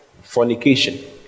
fornication